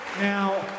Now